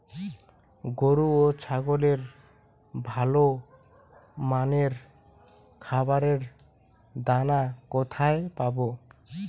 গরু ও ছাগলের ভালো মানের খাবারের দানা কোথায় পাবো?